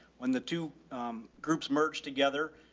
when the two groups merged together,